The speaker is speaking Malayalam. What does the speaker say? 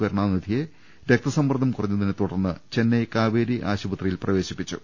കരു ണാനിധിയെ രക്തസമ്മർദ്ദം കുറഞ്ഞതിനെ തുടർന്ന് ചെന്നൈ കാവേരി ആശു പത്രിയിൽ പ്രവേശിപ്പിച്ചു